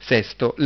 Sesto